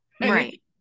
Right